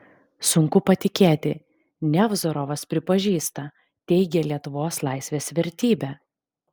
sunku patikėti nevzorovas pripažįsta teigia lietuvos laisvės vertybę